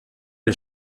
les